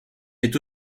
est